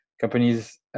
companies